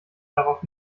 darauf